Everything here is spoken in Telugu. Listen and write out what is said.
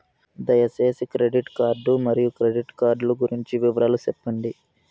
దయసేసి క్రెడిట్ కార్డు మరియు క్రెడిట్ కార్డు లు గురించి వివరాలు సెప్పండి?